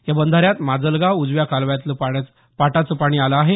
या बंधाऱ्यात माजलगाव उजव्या कालव्यातलं पाटाचं पाणी आलं आहे